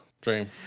dream